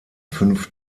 fünf